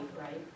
right